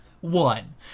one